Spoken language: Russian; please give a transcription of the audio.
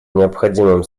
необходимым